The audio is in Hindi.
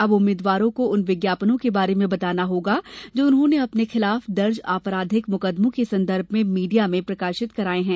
अब उम्मीद्वारों को उन विज्ञापनों के बारे में बताना होगा जो उन्होंने अपने खिलाफ दर्ज आपराधिक मुकदमों के संदर्भ में मीडिया में प्रकाशित कराये हैं